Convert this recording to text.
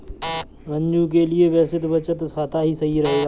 रंजू के लिए बेसिक बचत खाता ही सही रहेगा